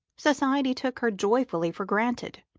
society took her joyfully for granted.